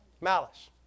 Malice